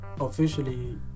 officially